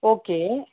okay